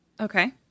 Okay